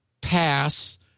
pass